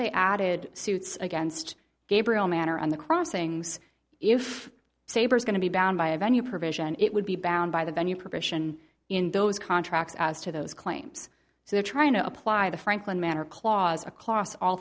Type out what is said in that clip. they added suits against gabriel manor on the crossings if sabre's going to be bound by a venue provision it would be bound by the venue provision in those contracts as to those claims so they're trying to apply the franklin manor clause across all